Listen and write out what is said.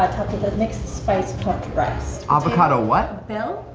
ah topped with mixed spice puffed rice. avocado what? behl.